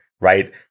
right